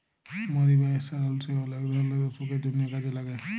মরি বা ষ্টার অলিশে অলেক ধরলের অসুখের জন্হে কাজে লাগে